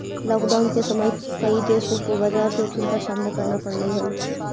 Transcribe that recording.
lockdown के समय कई देशों को बाजार जोखिम का सामना करना पड़लई हल